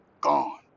gone